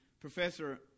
professor